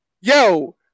yo